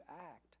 act